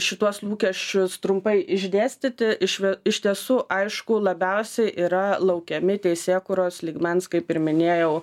šituos lūkesčius trumpai išdėstyti iš iš tiesų aišku labiausiai yra laukiami teisėkūros lygmens kaip ir minėjau